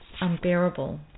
unbearable